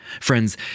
Friends